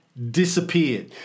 disappeared